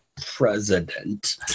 president